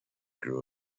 grew